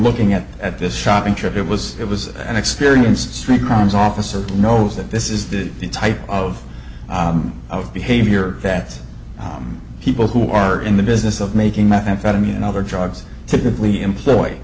looking at at this shopping trip it was it was an experienced street crimes officer knows that this is the type of of behavior that people who are in the business of making methamphetamine and other drugs typically employ